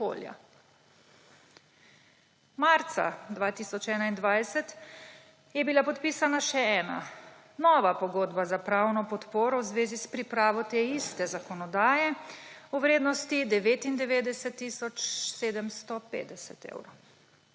Marca 2021 je bila podpisana še ena, nova pogodba za pravno podporo v zvezi s pripravo te iste zakonodaje v vrednosti 99 tisoč 750 evrov.